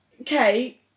okay